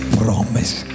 promise